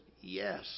yes